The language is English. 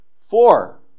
Four